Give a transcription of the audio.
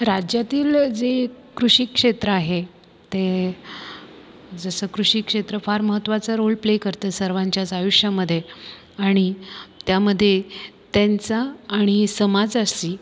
राज्यातील जे कृषीक्षेत्र आहे ते जसं कृषीक्षेत्र फार महत्त्वाचा रोल प्ले करते सर्वांच्याच आयुष्यामधे आणि त्यामधे त्यांचा आणि समाजाशी